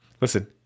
Listen